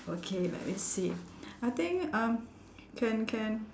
okay let me see I think um can can